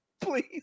Please